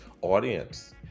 audience